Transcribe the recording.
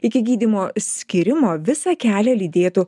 iki gydymo skyrimo visą kelią lydėtų